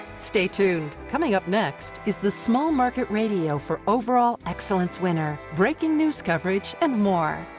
stay tuned. coming up next is the small market radio for overall excellence winner, breaking news coverage and more.